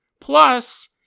plus